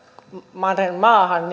mannermaahan